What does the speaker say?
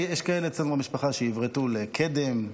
יש כאלו אצלנו במשפחה שעברתו לקדם,